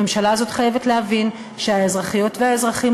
הממשלה הזאת חייבת להבין שהאזרחיות והאזרחים